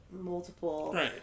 multiple